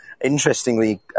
Interestingly